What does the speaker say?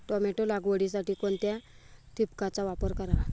Tomato लागवडीसाठी कोणत्या ठिबकचा वापर करावा?